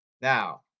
Now